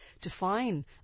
define